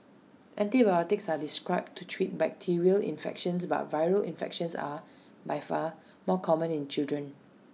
antibiotics are described to treat bacterial infections but viral infections are by far more common in children